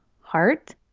heart